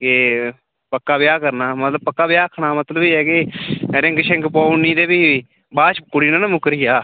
एह् पक्का ब्याह् करना पक्का ब्याह् आखना मतलब एह् ऐ के रिंग शिंग पोआई ओड़नी ते भी बाद च कुड़ी न ना मुक्करी जा